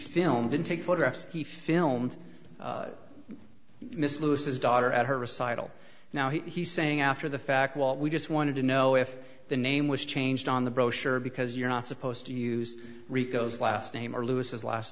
film didn't take photographs he filmed mrs lewis's daughter at her recital now he's saying after the fact well we just wanted to know if the name was changed on the brochure because you're not supposed to use rico's last name or lewis's last